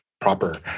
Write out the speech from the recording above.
proper